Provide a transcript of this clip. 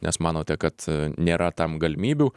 nes manote kad nėra tam galimybių